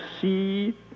see